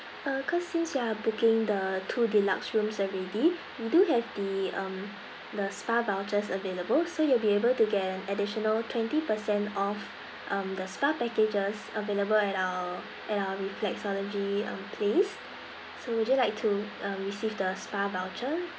uh cause since you are booking the two deluxe rooms already we do have the um the spa vouchers available so you'll be able to get an additional twenty percent off um the spa packages available at our at our reflexology um place so would you like to um receive the spa voucher